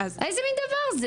איזה מן דבר זה?